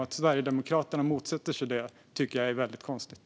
Att Sverigedemokraterna motsätter sig det tycker jag är väldigt konstigt.